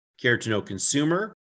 care-to-know-consumer